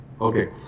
Okay